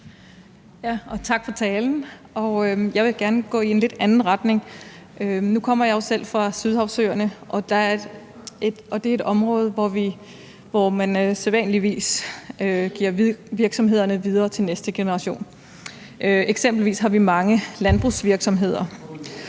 Tak for talen. Jeg vil gerne gå i en lidt anden retning. Nu kommer jeg jo selv fra Sydhavsøerne, og det er et område, hvor man sædvanligvis giver virksomhederne videre til næste generation. Eksempelvis har vi mange landbrugsvirksomheder.